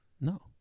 No